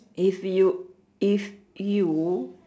if you if you